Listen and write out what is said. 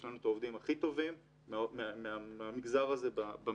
יש לנו את העובדים הכי טובים מהמגזר הזה במשק.